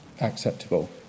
acceptable